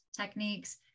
techniques